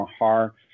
Mahar